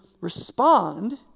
respond